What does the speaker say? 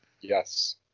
Yes